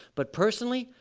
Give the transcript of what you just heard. but personally,